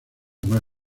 más